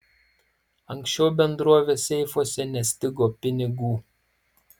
anksčiau bendrovės seifuose nestigo pinigų